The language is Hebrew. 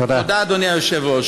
תודה, אדוני היושב-ראש.